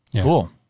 Cool